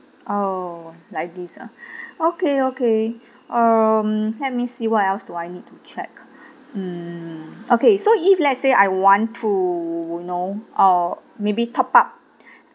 oh like this ah okay okay um let me see what else do I need to check mm okay so if let's say I want to know uh maybe top up